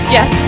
Yes